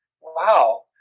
wow